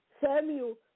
Samuel